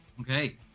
Okay